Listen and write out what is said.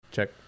Check